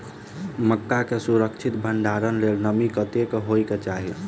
मक्का केँ सुरक्षित भण्डारण लेल नमी कतेक होइ कऽ चाहि?